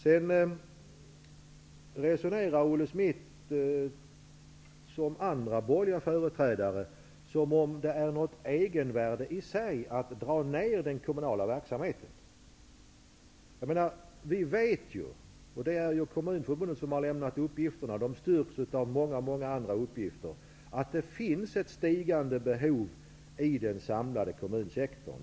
Sedan resonerade Olle Schmidt som andra borgerliga företrädare, dvs. som om det har något egenvärde i sig att dra ned den kommunala verksamheten. Vi vet ju, och det är Kommunförbundet som har lämnat uppgifterna, vilka styrks av många andra uppgifter, att det finns ett ökande behov i den samlade kommunsektorn.